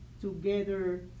together